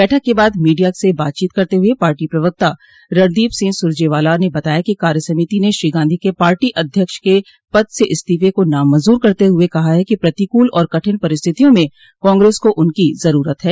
बैठक के बाद मीडिया से बातचीत करते हुए पार्टी प्रवक्ता रणदीप सिंह सुरजेवाला ने बताया कि कार्य समिति ने श्री गांधी के पार्टी अध्यक्ष के पद से इस्तीफे को नामंजूर करते हुए कहा है कि प्रतिकूल और कठिन परिस्थितियों में कांग्रेस को उनकी जरूरत है